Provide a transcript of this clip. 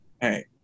Hey